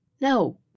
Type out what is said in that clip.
No